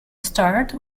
start